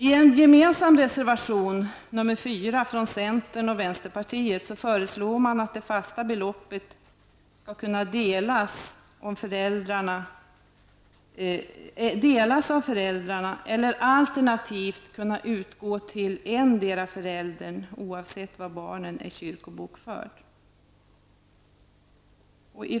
I en gemensam reservation, nr 4, från centern och vänsterpartiet föreslås att det fasta beloppet skall kunna delas av föräldrarna eller alternativt kunna utgå till endera föräldern oavsett var barnet är kyrkobokfört.